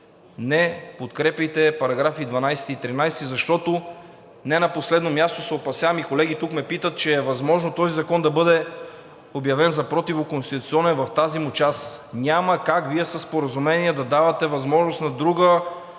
не подкрепяйте § 12 и § 13, защото не на последно място се опасявам и колеги тук ме питат, че е възможно този закон да бъде обявен за противоконституционен в тази му част. Няма как Вие със споразумение да давате възможност на друга